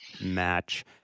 match